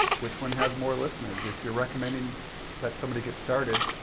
which one has more listeners? if you're recommending that somebody get started,